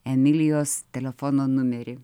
emilijos telefono numerį